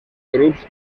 grups